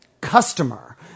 customer